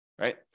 right